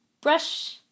brush